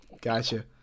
Gotcha